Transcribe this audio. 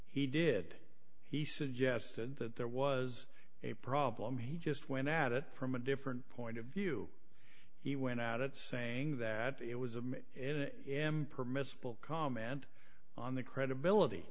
he did he suggested that there was a problem he just went at it from a different point of view he went out it saying that it was a permissible comment on the credibility